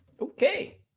Okay